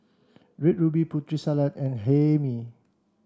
Red Ruby Putri Salad and Hae Mee